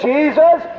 Jesus